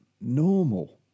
normal